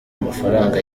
amafaranga